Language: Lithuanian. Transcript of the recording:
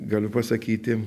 galiu pasakyti